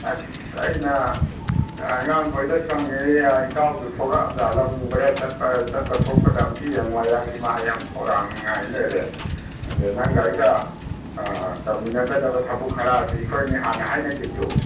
ꯑꯁ ꯑꯩꯅ ꯑꯉꯥꯡꯈꯣꯏꯗꯁꯨ ꯍꯪꯉꯛꯏ ꯑꯥ ꯏꯇꯥꯎꯗꯨ ꯌꯣꯛꯂꯛꯑꯕꯖꯥꯠꯂ ꯎꯕꯔꯥ ꯆꯠꯄ ꯆꯠꯄ ꯊꯣꯛꯄꯗ ꯑꯝꯇ ꯌꯦꯡꯎ ꯑꯩꯍꯥꯛꯁꯤ ꯃꯥ ꯌꯥꯝ ꯈꯧꯔꯥꯡꯅ ꯉꯥꯏ ꯂꯩꯔꯦ ꯑꯗ ꯅꯪꯒ ꯑꯩꯒ ꯇꯧꯃꯤꯟꯅꯒꯗꯕ ꯊꯕꯛ ꯈꯔꯁꯤ ꯑꯩꯈꯣꯏꯅꯤ ꯍꯥꯟꯅ ꯍꯥꯏꯅꯈꯤꯕꯗꯣ